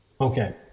Okay